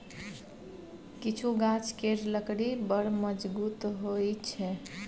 किछु गाछ केर लकड़ी बड़ मजगुत होइ छै